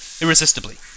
irresistibly